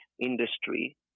industry